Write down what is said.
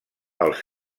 els